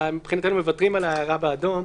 ומבחינתנו אנחנו מוותרים על ההערה באדום.